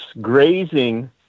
grazing